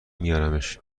میارمش